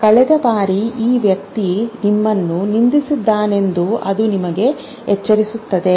ಕಳೆದ ಬಾರಿ ಆ ವ್ಯಕ್ತಿ ನಿಮ್ಮನ್ನು ನಿಂದಿಸಿದ್ದಾನೆಂದು ಅದು ನಿಮಗೆ ಎಚ್ಚರಿಸಬಹುದು